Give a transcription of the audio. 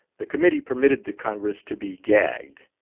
the committee permitted the congress to be gagged,